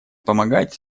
помогать